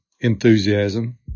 enthusiasm